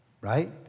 Right